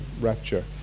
rapture